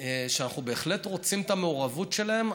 אנחנו בהחלט רוצים את המעורבות שלהם,